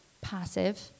passive